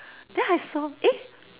then I saw eh